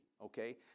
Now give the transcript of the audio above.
Okay